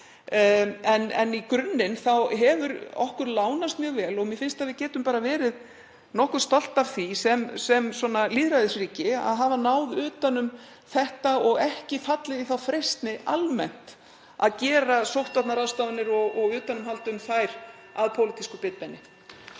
En í grunninn hefur okkur lánast mjög vel og mér finnst að við getum bara verið nokkuð stolt af því sem lýðræðisríki að hafa náð utan um þetta og ekki fallið í þá freistni almennt að gera sóttvarnaráðstafanir og utanumhald um þær að pólitísku bitbeini.